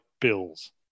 bills